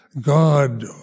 God